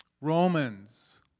Romans